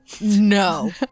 No